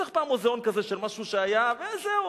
נצטרך פעם מוזיאון כזה של משהו שהיה וזהו.